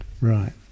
Right